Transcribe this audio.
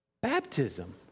Baptism